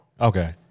Okay